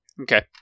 Okay